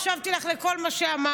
הקשבתי לך, לכל מה שאמרת.